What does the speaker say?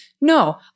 No